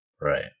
Right